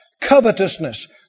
covetousness